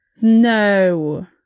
No